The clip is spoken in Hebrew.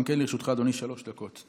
גם לרשותך, אדוני, שלוש דקות,